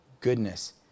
goodness